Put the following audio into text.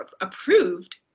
approved